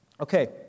Okay